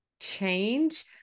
change